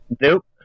Nope